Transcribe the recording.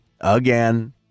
again